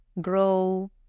grow